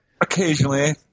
Occasionally